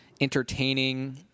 entertaining